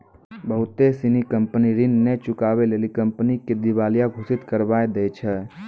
बहुते सिनी कंपनी ऋण नै चुकाबै लेली कंपनी के दिबालिया घोषित करबाय दै छै